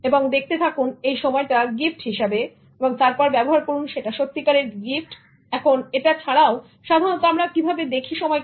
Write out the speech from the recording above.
এবং দেখতে থাকুন এই সময়টা গিফট হিসেবে এবং তারপর ব্যবহার করুন সেটা সত্যি কারের গিফট এখন এটা ছাড়াও সাধারণত আমরা কিভাবে দেখি সময়কে